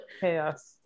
chaos